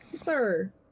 Sir